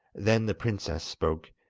then the princess spoke,